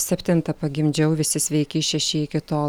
septintą pagimdžiau visi sveiki šeši iki tol